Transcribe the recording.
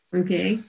okay